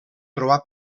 trobar